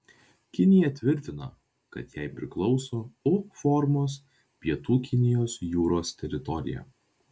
kinija tvirtina kad jai priklauso u formos pietų kinijos jūros teritorija